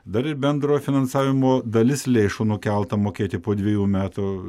dar ir bendro finansavimo dalis lėšų nukelta mokėti po dvejų metų